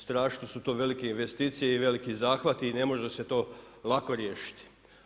Strašno su to velike investicije i veliki zahvati i ne može se to lako riješiti.